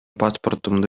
паспортумду